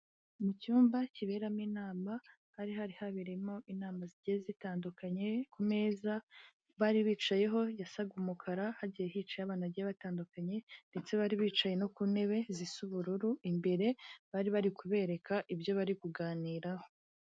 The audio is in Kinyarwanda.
Mu cyumba kiberamo inama, hari hari habereyemo inama zigiye zitandukanye, ku meza bari bicayeho yasaga umukara hagiye hicayeho abantu bagiye batandukanye, ndetse bari bicaye no ku ntebe zisa ubururu imbere bari bari kubereka ibyo bari kuganiraho.